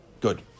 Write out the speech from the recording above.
Good